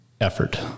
effort